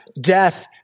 death